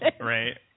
right